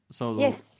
Yes